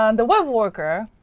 um the webworker,